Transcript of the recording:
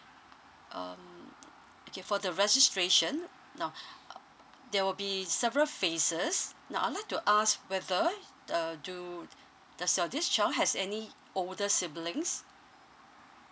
um okay for the registration now there will be several phases now I would like to ask whether uh do does your this child has any older siblings